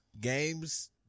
games